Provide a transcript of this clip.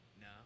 No